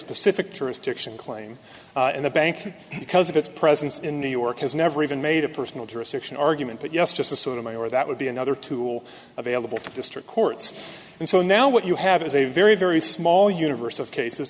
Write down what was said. specific tourist action claim in the bank because of its presence in new york has never even made a personal jurisdiction argument but yes just a sort of my or that would be another tool available to district courts and so now what you have is a very very small universe of cases